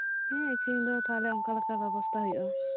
ᱦᱮᱸ ᱤᱥᱤᱱ ᱫᱚ ᱛᱟᱦᱚᱞᱮ ᱚᱱᱠᱟᱞᱮᱠᱟ ᱵᱮᱵᱚᱥᱛᱟ ᱦᱩᱭᱩᱜᱼᱟ